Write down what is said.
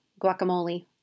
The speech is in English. guacamole